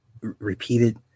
repeated